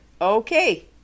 Okay